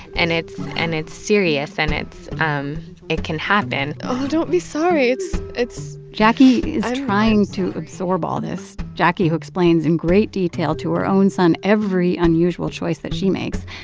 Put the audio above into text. and it's and it's serious, and it's um it can happen oh, don't be sorry. it's. jacquie is trying to absorb all this jacquie, who explains, in great detail, to her own son every unusual choice that she makes.